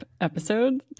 episode